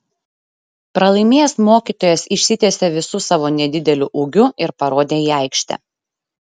pralaimėjęs mokytojas išsitiesė visu savo nedideliu ūgiu ir parodė į aikštę